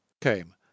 came